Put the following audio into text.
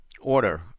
order